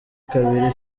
kabiri